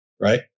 right